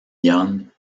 young